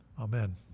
Amen